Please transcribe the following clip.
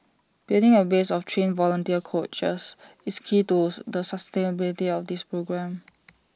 building A base of trained volunteer coaches is key to tooth the sustainability of this programme